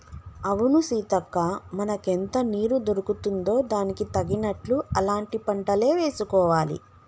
అవును సీతక్క మనకెంత నీరు దొరుకుతుందో దానికి తగినట్లు అలాంటి పంటలే వేసుకోవాలి